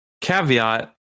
Caveat